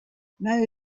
mow